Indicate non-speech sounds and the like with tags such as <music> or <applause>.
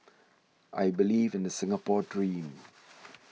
<noise> I believe in the Singapore dream